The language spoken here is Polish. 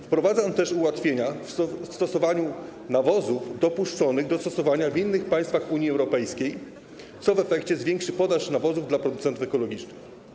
Wprowadza on też ułatwienia w stosowaniu nawozów dopuszczonych do stosowania w innych państwach Unii Europejskiej, co w efekcie zwiększy podaż nawozów dla producentów ekologicznych.